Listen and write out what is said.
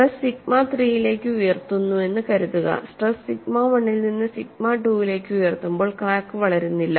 stress sigma 3 ലേക്ക് ഉയർത്തുന്നുവെന്ന് കരുതുക സ്ട്രെസ് സിഗ്മ 1 ൽ നിന്ന് സിഗ്മ 2 ലേക്ക് ഉയർത്തുമ്പോൾ ക്രാക്ക് വളരുന്നില്ല